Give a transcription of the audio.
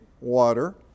water